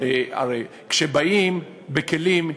הרי כשבאים בכלים,